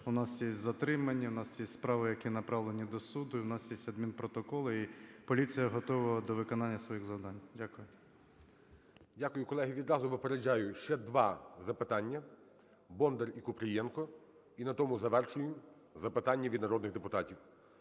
у нас є затримані, у нас є справи, які направлені до суду, і у нас є адмінпротоколи, і поліція готова до виконання своїх завдань. Дякую. ГОЛОВУЮЧИЙ. Дякую. Колеги, відразу попереджаю, ще два запитання – Бондар і Купрієнко, і на тому завершуємо запитання від народних депутатів.